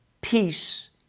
peace